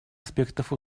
аспектов